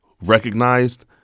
recognized